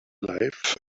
life